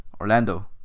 Orlando